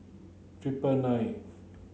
triple nine